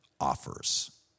offers